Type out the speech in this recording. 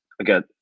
Again